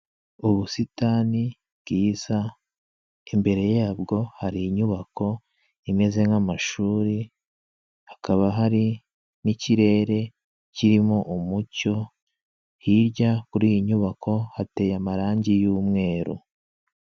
Ubusitani bwiza imbere yabwo hari inyubako imeze nk'amashuri, hakaba hari n'ikirere kirimo umucyo, hirya kuri iyi nyubako hateye amarangi y'umweru.